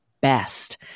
best